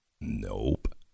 Nope